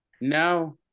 No